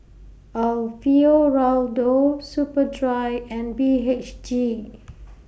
Alfio Raldo Superdry and B H G